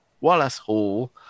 Wallace-Hall